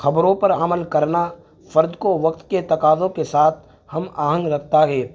خبروں پر عمل کرنا فرد کو وقت کے تقاضوں کے ساتھ ہم آہنگ رکھتا ہے